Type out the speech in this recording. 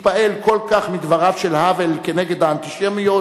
התפעל כל כך מדבריו של האוול כנגד האנטישמיות,